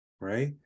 right